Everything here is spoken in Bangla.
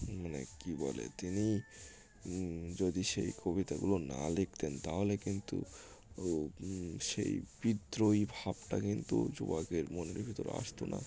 মানে কী বলে তিনি যদি সেই কবিতাগুলো না লিখতেন তাহলে কিন্তু ও সেই বিদ্রোহী ভাবটা কিন্তু যুবকের মনের ভিতর আসত না